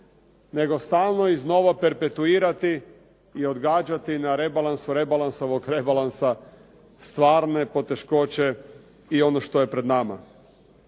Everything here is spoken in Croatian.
Nego stalno iz novo perpetuirati i odgađati na rebalansu rebalansovog rebalansa stvarne poteškoće i ono što je pred nama.